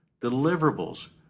Deliverables